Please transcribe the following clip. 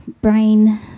Brain